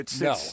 No